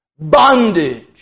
Bondage